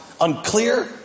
unclear